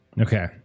Okay